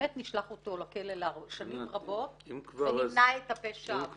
באמת נשלח אותו לכלא לשנים רבות ונמנע את הפשע הבא.